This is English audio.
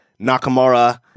Nakamura